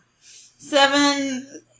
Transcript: Seven